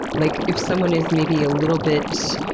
like if someone is maybe a little bit,